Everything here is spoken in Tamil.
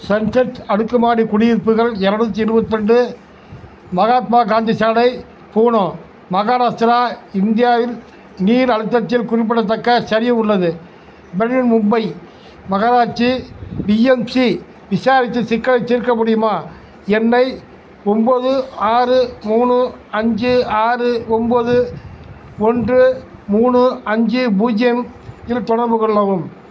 சன்செட் அடுக்குமாடி குடியிருப்புகள் இரநூத்தி இருபத் ரெண்டு மகாத்மா காந்தி சாலை பூனோ மகாராஷ்டிரா இந்தியாவில் நீர் அழுத்தத்தில் குறிப்பிடத்தக்கச் சரிவு உள்ளது பிரஹன்மும்பை மகராட்சி பிஎம்சி விசாரித்து சிக்கலைத் தீர்க்க முடியுமா என்னை ஒம்பது ஆறு மூணு அஞ்சு ஆறு ஒம்பது ஒன்று மூணு அஞ்சு பூஜ்ஜியம் இல் தொடர்புக் கொள்ளவும்